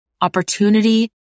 opportunity